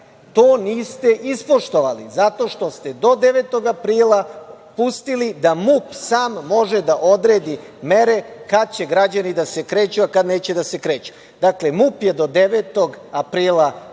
To niste ispoštovali zato što ste do 9. aprila pustili da MUP sam može da odredi mere kada će građani da se kreću, a kada neće da se kreću. Dakle, MUP je do 9. aprila uvodio